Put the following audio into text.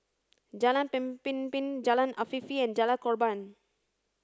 Jalan Pemimpin Jalan Afifi and Jalan Korban